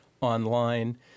online